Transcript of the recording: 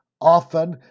often